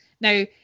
Now